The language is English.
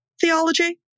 theology